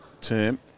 term